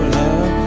love